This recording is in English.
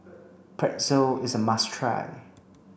Pretzel is a must try